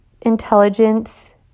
intelligence